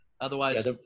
Otherwise